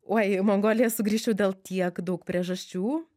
uoi į mongoliją sugrįžčiau dėl tiek daug priežasčių